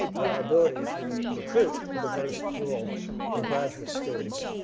our ability to recruit a diverse pool of graduate students.